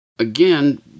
Again